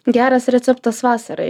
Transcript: geras receptas vasarai